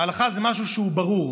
ההלכה זה משהו שהוא ברור,